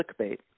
Clickbait